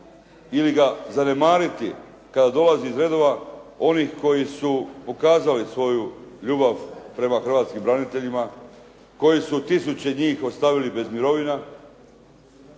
ili ga zanemariti kao dolaz iz redova onih koji su pokazali svoju ljubav prema hrvatskim braniteljima, koji su tisuće njih ostavili bez mirovina,